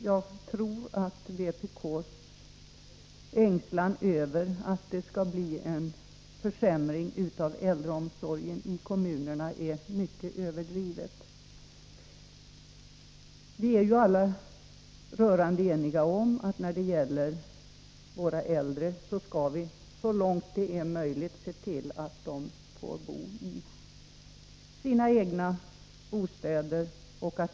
Jag tror att vpk:s ängslan över att det skulle bli en försämring av äldreomsorgen i kommunerna är mycket överdriven. Vi är alla rörande eniga om att vi när det gäller våra äldre skall så långt det är möjligt se till att dessa får bo i sina egna bostäder.